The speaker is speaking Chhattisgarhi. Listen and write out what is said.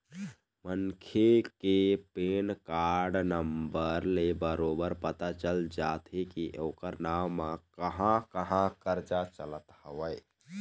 मनखे के पैन कारड नंबर ले बरोबर पता चल जाथे के ओखर नांव म कहाँ कहाँ करजा चलत हवय